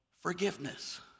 forgiveness